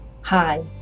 Hi